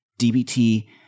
DBT